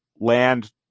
land